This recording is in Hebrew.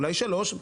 אולי שלושה,